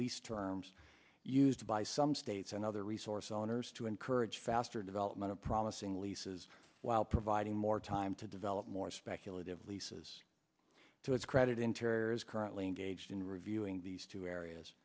lease terms used by some states and other resource owners to encourage faster development of promising leases while providing more time to develop more speculative leases to its credit interior is currently engaged in reviewing these two areas